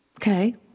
Okay